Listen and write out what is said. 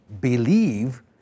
believe